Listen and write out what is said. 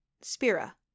Spira